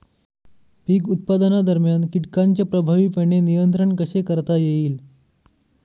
पीक उत्पादनादरम्यान कीटकांचे प्रभावीपणे नियंत्रण कसे करता येईल?